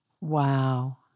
Wow